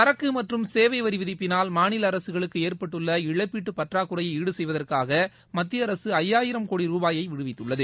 சரக்கு மற்றும் சேவை வரி விதிப்பினால் மாநில அரசுவளுக்கு ஏற்பட்டுள்ள இழப்பீட்டு பற்றாக்குறையை ஈடு செய்வதற்காக மத்திய அரசு ஐயாயிரம் கோடி ரூபாயை விடுவித்துள்ளது